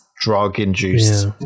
drug-induced